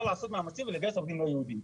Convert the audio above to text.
לעשות מאמצים ולגייס עובדים לא יהודים.